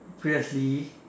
previously